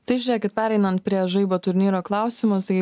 tai žėkit pereinant prie žaibo turnyro klausimų tai